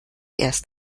erst